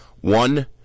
One